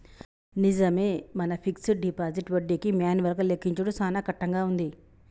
నిజమే మన fixed deposit వడ్డీకి మాన్యువల్ గా లెక్కించుడు సాన కట్టంగా ఉంది